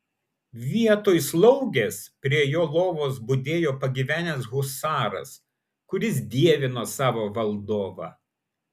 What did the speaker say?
vietoj slaugės prie jo lovos budėjo pagyvenęs husaras kuris dievino savo valdovą